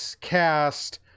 cast